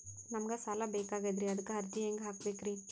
ನಮಗ ಸಾಲ ಬೇಕಾಗ್ಯದ್ರಿ ಅದಕ್ಕ ಅರ್ಜಿ ಹೆಂಗ ಹಾಕಬೇಕ್ರಿ?